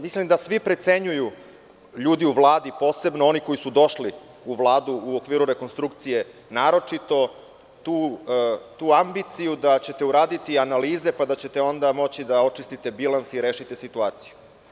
Mislim da svi precenjuju, ljudi u Vladi, posebno oni koji su došli u Vladu u okviru rekonstrukcije, naročito tu ambiciju da ćete uraditi analize, pa da ćete onda moći da očistite bilans i rešite situaciju.